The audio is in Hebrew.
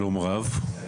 שלום רב.